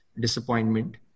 disappointment